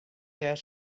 dêr